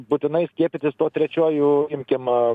būtinai skiepytis tuo trečiuoju imkim